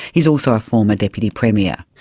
he is also a former deputy premier.